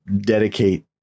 dedicate